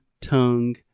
tongue